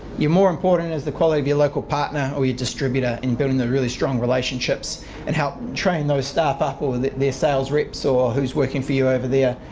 your more important is the quality of your local partner or your distributor in building a really strong relationship and help train those staff up or their sales reps or who's working for you over there,